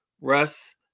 Russ